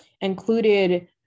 included